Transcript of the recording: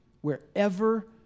Wherever